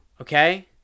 okay